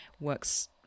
works